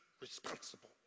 responsible